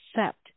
accept